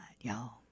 y'all